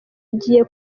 igiye